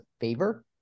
favor